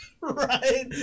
Right